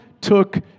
took